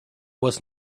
was